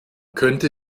könnte